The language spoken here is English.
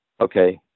Okay